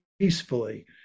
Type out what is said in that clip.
peacefully